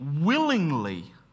willingly